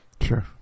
Sure